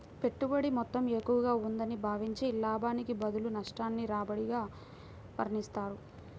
పెట్టుబడి మొత్తం ఎక్కువగా ఉందని భావించి, లాభానికి బదులు నష్టాన్ని రాబడిగా వర్ణిస్తారు